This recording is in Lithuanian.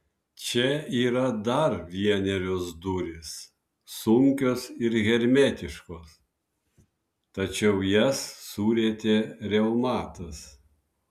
čia yra dar vienerios durys sunkios ir hermetiškos tačiau jas surietė reumatas